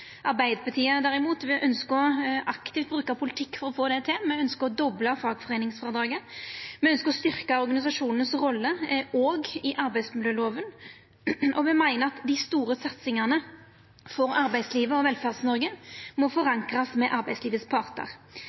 Arbeidarpartiet, derimot, ønskjer aktivt å bruka politikk for å få det til, me ønskjer å dobla fagforeiningsfrådraget. Me ønskjer å styrkja rolla til organisasjonane òg i arbeidsmiljøloven. Me meiner at dei store satsingane for arbeidslivet og Velferds-Noreg må forankrast